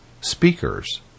speakers